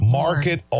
market